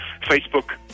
Facebook